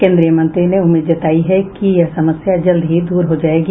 केंद्रीय मंत्री ने उम्मीद जातायी है कि यह समस्या जल्द ही दूर हो जायेगी